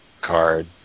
card